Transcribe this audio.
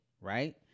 Right